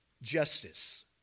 Justice